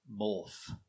morph